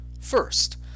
First